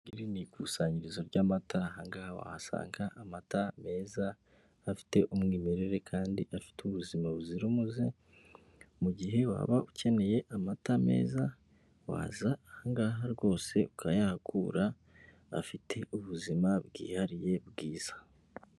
Iri ni ikusanyirizo ry'amata aha ngaha wahasanga amata meza afite umwimerere kandi afite ubuzima buzira umuze, mu gihe waba ukeneye amata meza waza aha ngaha rwose ukayahakura afite ubuzima bwihariye bwiza.